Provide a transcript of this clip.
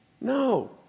No